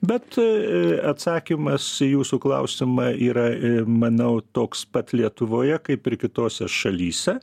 bet atsakymas į jūsų klausimą yra manau toks pat lietuvoje kaip ir kitose šalyse